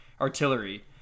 Artillery